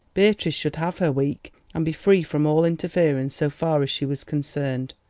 beatrice should have her week, and be free from all interference so far as she was concerned.